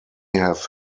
have